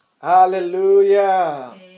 Hallelujah